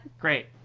Great